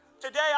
Today